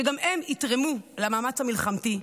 שגם הן יתרמו למאמץ המלחמתי,